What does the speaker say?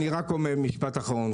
אני רק אומר משפט אחרון,